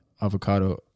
Avocado